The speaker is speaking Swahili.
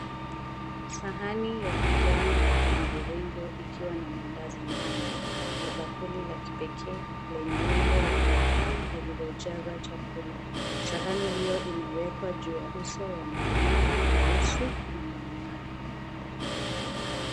Sahani ya kijani ya mviringo ikiwa na mandazi manne na bakuli la kipekee lenye umbo la paipai lililojazwa chakula. Sahani hiyo imewekwa juu ya uso wa marumaru nyeusi unaong'aa.